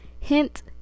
hint